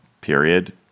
period